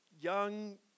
young